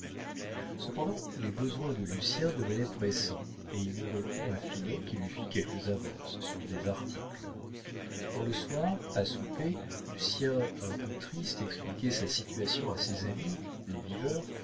cependant les besoins de lucien devenaient pressants et il eut recours à finot qui lui fit quelques avances sur des articles quand le soir à souper lucien un peu triste expliquait sa situation à ses amis les viveurs